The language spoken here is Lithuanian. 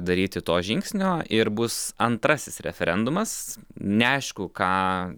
daryti to žingsnio ir bus antrasis referendumas neaišku ką